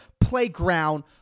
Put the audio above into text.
playground